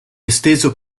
esteso